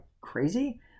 crazy